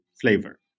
flavor